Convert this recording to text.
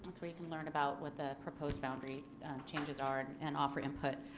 that's where you can learn about what the proposed boundary changes are and offer input.